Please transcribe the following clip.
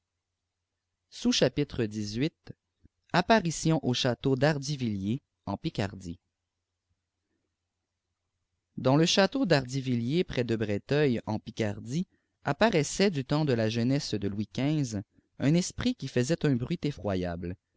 apparition au château d'ardivillters en picariie dans le château d'ardivillîers près de breteuil en picardie apparaissait du temps de la jeunesse de louis xv un espr î i fiaisait un broiit effroyable